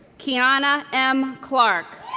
kiyana m. clark